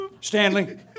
Stanley